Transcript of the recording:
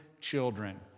children